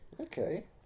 Okay